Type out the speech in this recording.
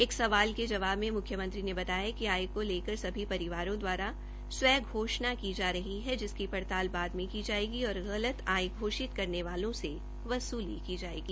एक सवाल के जवाब में मुख्यमंत्री ने बताया कि आय को लेकर अभी परिवारों द्वारा स्वै घोषणा की जा रही है जिसकी पड़ताल बाद मे की जायेगी और गलत आय घोषित करने वालों से वसूली की जायेगी